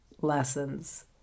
lessons